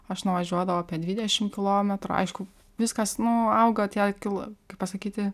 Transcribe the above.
aš nuvažiuodavau apie dvidešimt kilometrų aišku viskas nu auga tie kilo kaip pasakyti